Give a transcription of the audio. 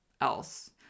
else